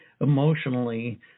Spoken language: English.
emotionally